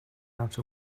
out